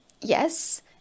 yes